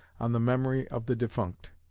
on the memory of the defunct.